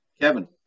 Kevin